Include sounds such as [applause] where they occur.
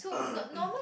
[coughs]